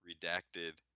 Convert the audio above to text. redacted